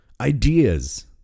ideas